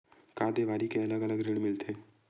का देवारी के अलग ऋण मिलथे?